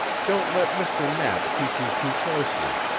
don't let mr. knapp keep you too closely.